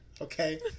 Okay